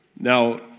Now